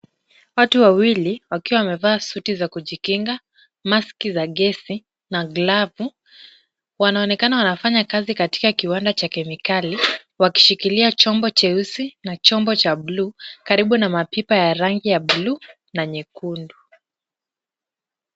Watu wawili wakiwa wamevaa suti za kujikinga, maski za gesi na glavu, wanaonekana wanafanya kazi katika kiwanda cha kemikali, wakishikilia chombo cheusi na chombo cha buluu, karibu na mapipa ya rangi ya buluu na nyekundu.